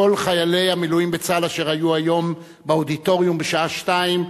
חיילי המילואים בצה"ל אשר היו היום באודיטוריום בשעה 14:00,